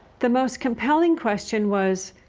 the most compelling question was,